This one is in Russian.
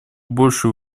больше